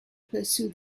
pursue